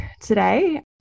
today